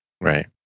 Right